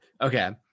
Okay